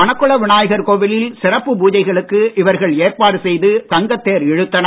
மணக்குள விநாயகர் கோவிலில் சிறப்பு பூஜைகளுக்கு இவர்கள் ஏற்பாடு செய்து தங்கத் தேர் இழுத்தனர்